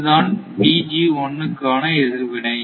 இது தான் க்கான எதிர்வினை